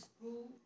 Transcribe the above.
school